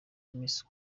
miss